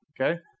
Okay